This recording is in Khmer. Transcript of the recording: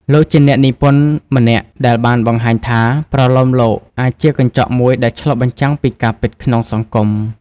លោកជាអ្នកនិពន្ធម្នាក់ដែលបានបង្ហាញថា ប្រលោមលោកអាចជាកញ្ចក់មួយដែលឆ្លុះបញ្ចាំងពីការពិតក្នុងសង្គម។